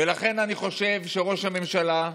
ולכן אני חושב שראש הממשלה,